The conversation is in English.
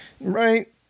Right